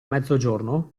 mezzogiorno